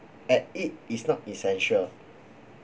at it is not essential